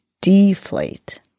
deflate